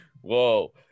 Whoa